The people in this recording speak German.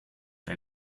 der